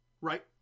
right